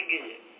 good